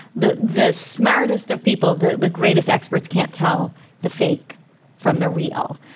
the the smartest of people, the the greatest experts can't tell the fake from the real.